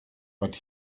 but